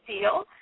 deal